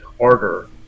harder